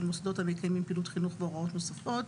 מוסדות המקיימים פעילות חינוך והוראות נוספות),